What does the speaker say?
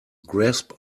grasp